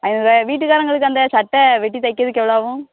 ஐந்நூறுபாயா வீட்டுக்காரர்களுக்கு அந்த சட்டை வெட்டி தைக்கறதுக்கு எவ்வளோ ஆகும்